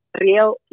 real